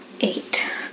Eight